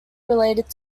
related